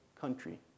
country